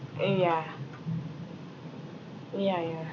uh ya ya you're right